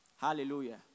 Hallelujah